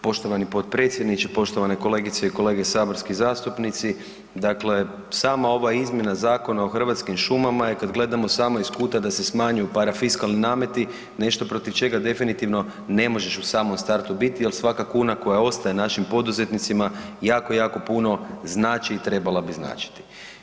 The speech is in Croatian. Poštovani potpredsjedniče, poštovane kolegice i kolege saborski zastupnici, dakle sama ova izmjena Zakona o hrvatskim šumama je kad gledamo samo iz kuta da se smanjuju parafiskalni nameti nešto protiv čega definitivno ne možeš u samom startu biti jer svaka kuna koja ostaje našem poduzetnicima, jako, jako puno znači i trebala bi značiti.